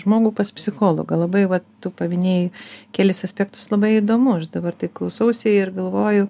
žmogų pas psichologą labai va tu paminėjai kelis aspektus labai įdomu aš dabar taip klausausi ir galvoju